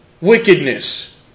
wickedness